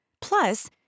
Plus